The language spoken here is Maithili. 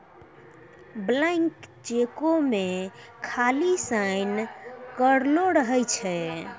ब्लैंक चेको मे खाली साइन करलो रहै छै